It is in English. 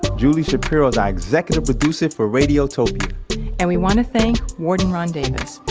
julie shapiro is our executive producer for radiotopia and we wanna thank warden ron davis.